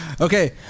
Okay